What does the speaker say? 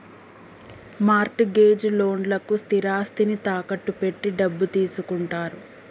mart gauge లోన్లకు స్థిరాస్తిని తాకట్టు పెట్టి డబ్బు తీసుకుంటారు